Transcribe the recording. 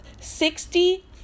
Sixty